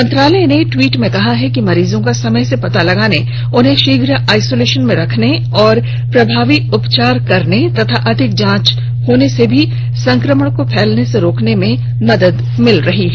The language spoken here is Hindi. मंत्रालय ने ट्वीट में कहा है कि मरीजों का समय से पता लगाने उन्हें शीघ्र आइसोलेशन में रखने और प्रभावी उपचार करने तथा अधिक जांच होने से भी संकमण को फैलने से रोकने में मदद मिल रही है